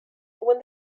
when